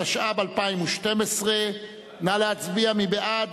התשע"ב 2012. מי בעד?